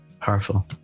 powerful